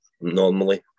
normally